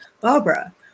Barbara